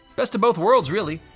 best of both worlds, really!